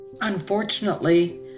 Unfortunately